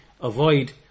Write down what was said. avoid